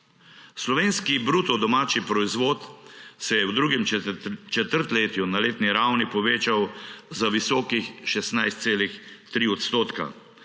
Slovenski bruto domači proizvod se je v drugem četrtletju na letni ravni povečal za visokih 16,3 odstotka,